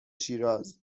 شیراز